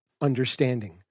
understanding